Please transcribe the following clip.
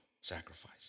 sacrifice